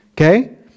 okay